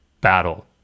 battle